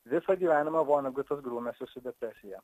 visą gyvenimą vonegutas grūmėsi su depresija